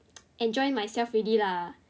enjoy myself already lah